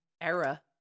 era